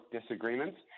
disagreements